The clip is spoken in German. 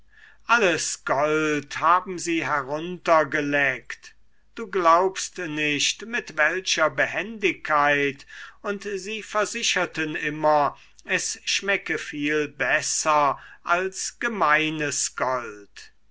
alles gold haben sie heruntergeleckt du glaubst nicht mit welcher behendigkeit und sie versicherten immer es schmecke viel besser als gemeines gold